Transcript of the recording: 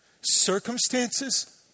Circumstances